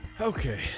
Okay